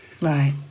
Right